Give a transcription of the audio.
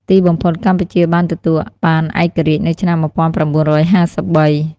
ទីបំផុត កម្ពុជាបានទទួលបានឯករាជ្យនៅឆ្នាំ ១៩៥៣។